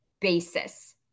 basis